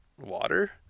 water